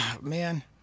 man